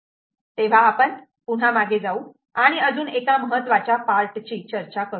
तेव्हा आपण पुन्हा मागे जाऊ आणि अजून एका महत्त्वाच्या पार्ट ची चर्चा करू